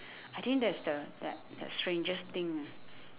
I think that's the that that strangest thing ah